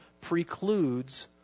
precludes